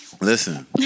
Listen